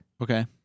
Okay